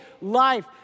life